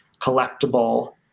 collectible